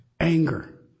anger